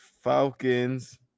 falcons